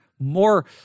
more